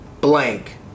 blank